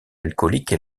alcoolique